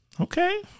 Okay